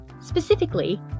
specifically